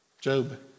Job